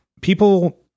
people